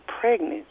pregnant